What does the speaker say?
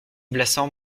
blassans